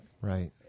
Right